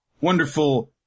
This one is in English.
wonderful